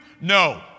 No